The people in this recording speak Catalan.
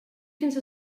fins